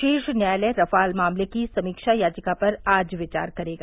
शीर्ष न्यायालय रफाल मामले की समीक्षा याचिका पर आज विचार करेगा